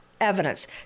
evidence